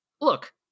look